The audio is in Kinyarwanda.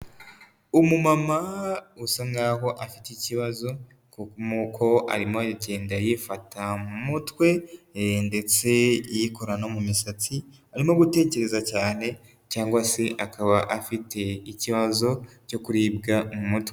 Umumama usa nkaho afite ikibazo kuko arimo aragenda yifata mu mutwe ndetse yiko no mu misatsi arimo gutekereza cyane cyangwa se akaba afite ikibazo cyo kuribwa mu mutwe.